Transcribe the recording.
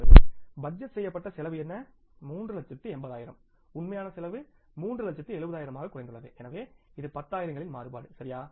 எனவே பட்ஜெட் செய்யப்பட்ட செலவு என்ன 3 லச்சத்து 80 ஆயிரம் உண்மையான செலவு 3 லச்சத்து 70 ஆயிரமாக குறைந்துள்ளது எனவே இது 10 ஆயிரங்களின் மாறுபாடு சரியா